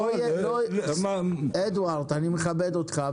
מכבד אותך.